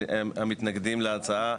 כשמגישים לו בקשה לערר,